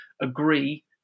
agree